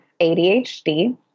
ADHD